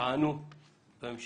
תענו בהמשך.